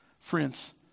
Friends